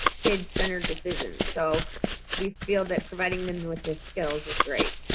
kids' centered decisions. so we feel that providing them and with the skills is great.